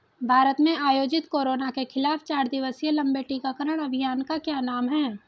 भारत में आयोजित कोरोना के खिलाफ चार दिवसीय लंबे टीकाकरण अभियान का क्या नाम है?